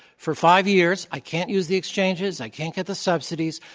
for five years, i can't use the exchanges, i can't get the subsidies,